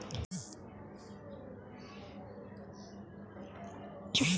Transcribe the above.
भारत में निवेश खातिर कईगो योजना सरकार निकलले बिया